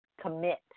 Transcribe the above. commit